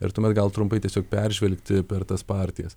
ir tuomet gal trumpai tiesiog peržvelgti per tas partijas